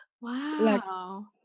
wow